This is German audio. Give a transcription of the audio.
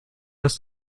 das